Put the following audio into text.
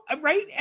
right